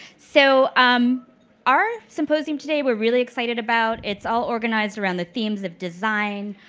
so um our symposium today, we're really excited about. it's all organized around the themes of design,